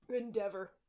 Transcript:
Endeavor